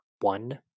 one